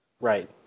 right